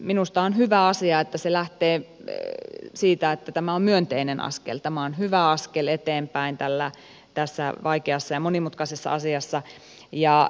minusta on hyvä asia että se lähtee siitä että tämä on myönteinen askel tämä on hyvä askel eteenpäin tässä vaikeassa ja monimutkaisessa asiassa